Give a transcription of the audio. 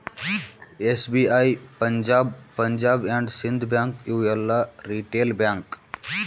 SBI, Punjab, Punjab and Sind bank ಇವು ಎಲ್ಲಾ retail bank